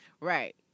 right